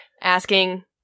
asking